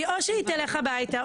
כי או שהיא תלך הביתה,